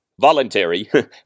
voluntary